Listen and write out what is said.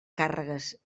càrregues